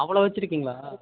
அவ்வளோ வச்சுருக்கீங்களா